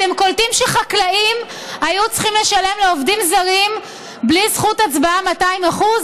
אתם קולטים שחקלאים היו צריכים לשלם לעובדים זרים בלי זכות הצבעה 200%?